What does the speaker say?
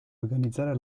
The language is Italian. organizzare